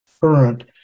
current